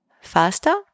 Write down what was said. faster